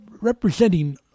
representing